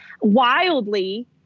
wildly